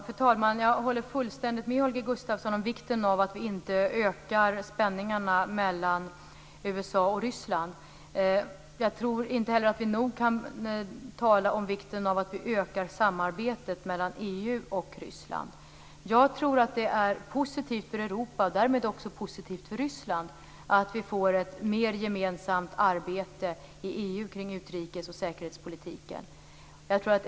Fru talman! Jag håller fullständigt med Holger Gustafsson om vikten av att vi inte ökar spänningarna mellan USA och Ryssland. Jag tror heller inte att vi nog kan tala om vikten av att vi ökar samarbetet mellan EU och Ryssland. Jag tror att det är positivt för Europa och därmed också positivt för Ryssland att vi får ett mer gemensamt arbete i EU kring utrikesoch säkerhetspolitiken.